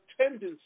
tendency